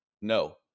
No